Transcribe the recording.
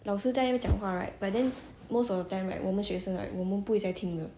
老师在那边讲话 right but then most of the time right 我们学生 right 我们不会在听的